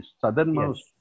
southernmost